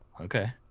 okay